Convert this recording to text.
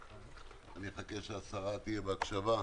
אני מבקש שהשרה תהיה בהקשבה.